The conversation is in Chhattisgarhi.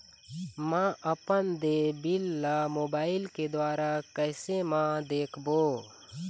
म अपन देय बिल ला मोबाइल के द्वारा कैसे म देखबो?